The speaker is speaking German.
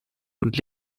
und